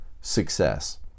success